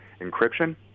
encryption